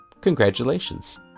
Congratulations